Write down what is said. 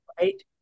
right